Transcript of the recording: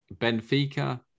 Benfica